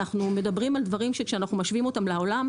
אנחנו מדברים על דברים שכשאנחנו משווים אותם לעולם,